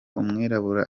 umwirabura